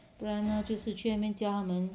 不然呢就是去那边教他们